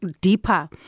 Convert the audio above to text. deeper